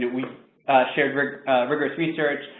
we shared rigorous research.